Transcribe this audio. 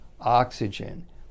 oxygen